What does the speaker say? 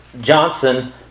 Johnson